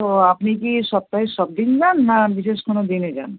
তো আপনি কি সপ্তাহে সব দিন যান না বিশেষ কোনো দিনে যান